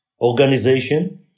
organization